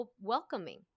welcoming